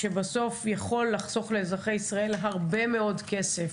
שבסוף יכול לחסוך לאזרחי ישראל הרבה מאוד כסף.